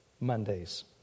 Mondays